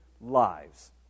lives